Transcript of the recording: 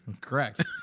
Correct